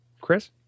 Chris